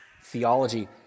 theology